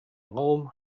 raum